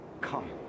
Come